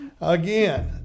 again